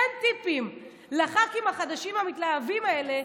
תן טיפים לח"כים החדשים המתלהבים האלה,